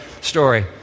story